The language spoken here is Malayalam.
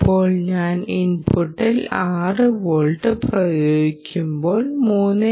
ഇപ്പോൾ ഞാൻ ഇൻപുട്ടിൽ 6 വോൾട്ട് പ്രയോഗിക്കുമ്പോൾ 3